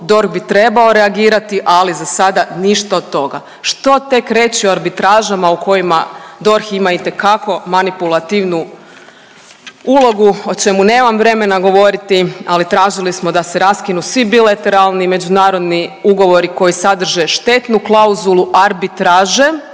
DORH bi trebao reagirati, ali za sada ništa od toga. Što tek kreće u arbitražama u kojima DORH ima itekako manipulativnu ulogu o čemu nemam vremena govoriti, ali tražili smo da se raskinu svi bilateralni i međunarodni ugovori koji sadrže štetnu klauzulu arbitraže,